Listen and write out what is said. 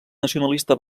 nacionalista